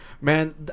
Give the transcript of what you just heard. man